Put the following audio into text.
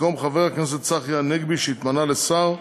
במקום חבר הכנסת צחי הנגבי, שהתמנה לשר,